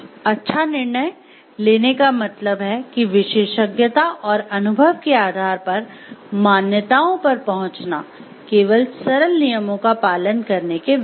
अच्छा निर्णय लेने का मतलब है कि विशेषज्ञता और अनुभव के आधार पर मान्यताओं पर पहुंचना केवल सरल नियमों का पालन करने के विपरीत